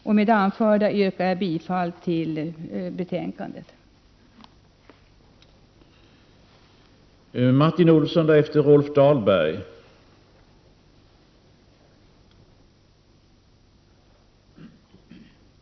Med det anförda yrkar jag bifall till utskottets hemställan.